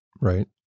right